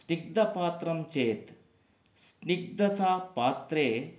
स्निग्दपात्रं चेत् स्निग्दता पात्रे